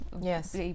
yes